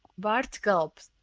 bart gulped.